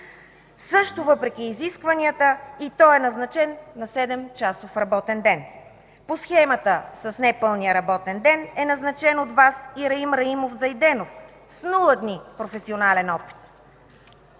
Също, въпреки изискванията, и той е назначен на 7-часов работен ден. По схемата с непълния работен ден е назначен от Вас и Раим Раимов Зайденов, с нула дни професионален опит.